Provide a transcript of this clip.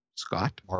scott